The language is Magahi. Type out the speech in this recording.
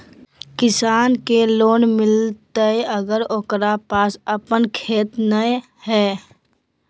किसान के लोन मिलताय अगर ओकरा पास अपन खेत नय है?